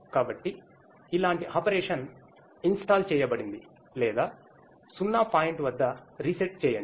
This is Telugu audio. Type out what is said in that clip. కాబట్టి ఇలాంటి ఆపరేషన్ ఇన్స్టాల్ చేయబడింది లేదా 0 పాయింట్ వద్ద రీసెట్ చేయండి